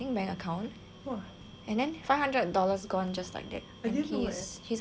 and then five hundred dollars gone just like that hes he is unable to retrieve